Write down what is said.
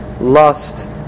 lust